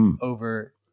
Over